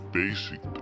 basic